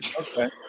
Okay